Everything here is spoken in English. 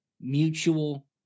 mutual